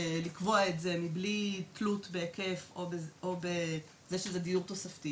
לקבוע את זה מבלי תלות בהיקף או בזה שזה דיור תוספתי